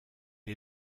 est